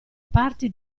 parti